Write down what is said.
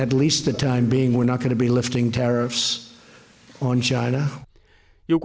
had leased the time being we're not going to be lifting tariffs on china you